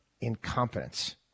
incompetence